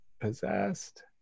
possessed